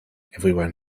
everyone